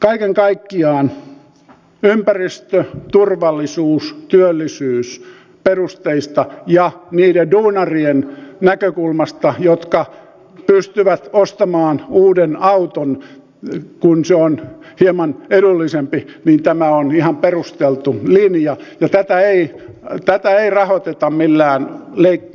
kaiken kaikkiaan ympäristö turvallisuus työllisyysperusteista ja niiden duunarien näkökulmasta jotka pystyvät ostamaan uuden auton kun se on hieman edullisempi tämä on ihan perusteltu linja ja tätä ei rahoiteta millään menoleikkauksilla